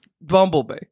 Bumblebee